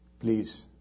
Please